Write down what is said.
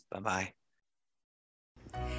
Bye-bye